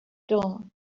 dawn